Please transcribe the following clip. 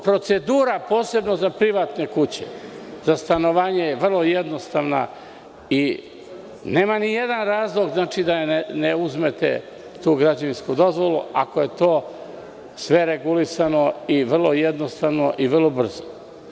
Procedura posebno za privatne kuće za stanovanje je vrlo jednostavna i nema ni jedan razlog da ne uzmete građevinsku dozvolu, ako je to sve regulisano i vrlo jednostavno, i vrlo brzo.